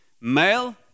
male